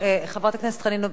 חברת הכנסת חנין זועבי,